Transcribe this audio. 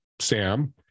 Sam